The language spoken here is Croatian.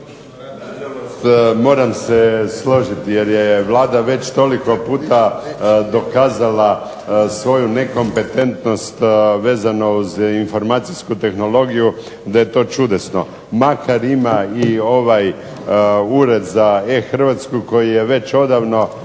Moram se složiti, jer je Vlada već toliko puta dokazala svoju nekompetentnost vezano uz informacijsku tehnologiju, da je to čudesno. Makar ima i ovaj Ured za e-Hrvatsku koji je već odavno